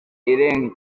irengeje